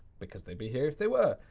because they'd be here if they were.